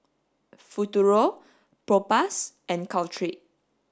Futuro Propass and Caltrate